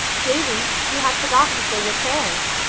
davy, you have forgotten to say your prayers,